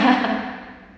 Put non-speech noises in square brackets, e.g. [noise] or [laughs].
[laughs]